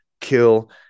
kill